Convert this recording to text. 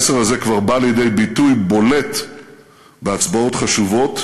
המסר הזה כבר בא לידי ביטוי בולט בהצבעות חשובות,